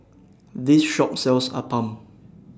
This Shop sells Appam